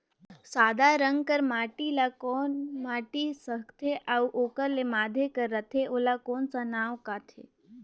सादा रंग कर माटी ला कौन माटी सकथे अउ ओकर के माधे कर रथे ओला कौन का नाव काथे?